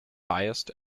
highest